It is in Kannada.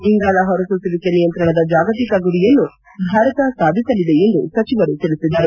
ಇಂಗಾಲ ಹೊರಸೂಸುವಿಕೆ ನಿಯಂತ್ರಣದ ಜಾಗತಿಕ ಗುರಿಯನ್ನು ಭಾರತ ಸಾಧಿಸಲಿದೆ ಎಂದು ಸಚಿವರು ತಿಳಿಸಿದರು